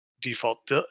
default